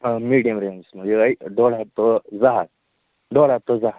آ medium ranges منٛز یِہےَ ڈۅڈ ہَتھ ٹُو زٕ ہَتھ ڈۅڈ ہَتھ تہٕ زٕ ہَتھ